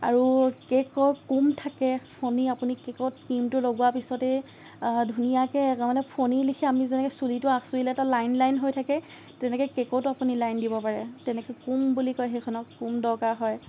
আৰু কেকৰ কোণ থাকে ফণি আপুনি কেকত ক্ৰিমটো লগোৱাৰ পিছতে ধুনীয়াকে নহ'লে ফণিৰ লেখিয়া আমি যেনেকে চুলিটো আচুৰিলে এটা লাইন লাইন হৈ থাকে তেনেকে কেকটো আপুনি লাইন দিব পাৰে তেনেকে কোণ বুলি কয় সেইখনক কোণ দৰকাৰ হয়